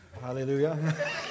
Hallelujah